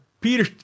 Peter